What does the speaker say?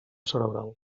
cerebral